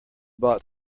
bought